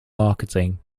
marketing